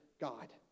God